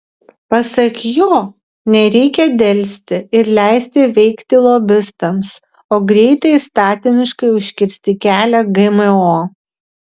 pasak jo nereikia delsti ir leisti veikti lobistams o greitai įstatymiškai užkirsti kelią gmo